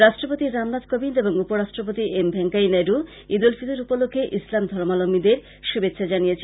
রাষ্ট্রপতি রামনাথ কোবিন্দ ও উপরাষ্ট্রপতি এম ভেস্কাইয়া নাইডু ঈদ উল ফিতর উপলক্ষ্যে ইসলাম ধর্মালম্বীদের শুভেচ্ছা জানিয়েছেন